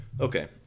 okay